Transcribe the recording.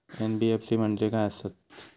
NBFC म्हणजे खाय आसत?